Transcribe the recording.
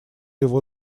его